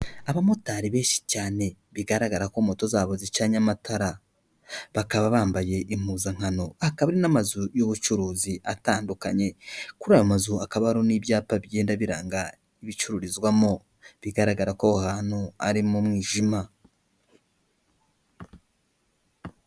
Abamotari benshi cyane, bigaragara ko motoza zabo zicanye amatara, bakaba bambaye impuzankano, hakaba hari n'amazu y'ubucuruzi atandukanye, kuri aya mazu hakaba hariho n'ibyapa byenda biranga ibicururizwamo, bigaragara ko aho hantu ari mu mwijima.